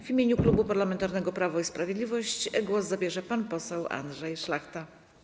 W imieniu Klubu Parlamentarnego Prawo i Sprawiedliwość głos zabierze pan poseł Andrzej Szlachta.